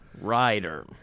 Rider